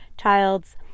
child's